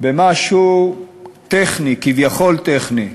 במשהו טכני, כביכול טכני,